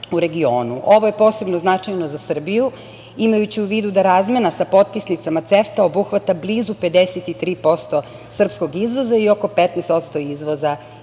Ovo je posebno značajno za Srbiju, imajući u vidu da razmena sa potpisnicama CEFTA obuhvata blizu 53% srpskog izvoza i oko 15% izvoza